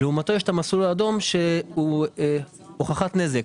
לעומתו, יש את המסלול האדום שהוא הוכחת נזק.